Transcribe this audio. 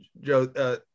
Joe